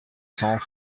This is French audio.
cents